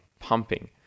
pumping